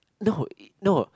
no i~ no